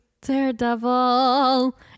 Daredevil